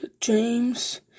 James